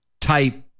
type